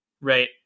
right